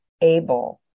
able